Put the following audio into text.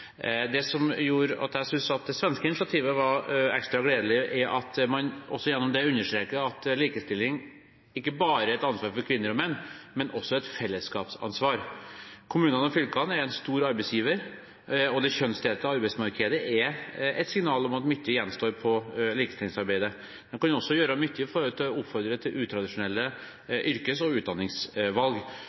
Det som gjorde at jeg syntes det svenske initiativet var ekstra gledelig, var at man gjennom det også understreker at likestilling ikke bare er et ansvar for kvinner og menn, men også et fellesskapsansvar. Kommunene og fylkene er en stor arbeidsgiver, og det kjønnsdelte arbeidsmarkedet er et signal om at mye gjenstår i likestillingsarbeidet. Man kan også gjøre mye gjennom å oppfordre til utradisjonelle yrkes- og utdanningsvalg.